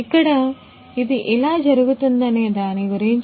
ఇక్కడ ఇది ఎలా జరుగుతుందనే దాని గురించి